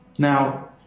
Now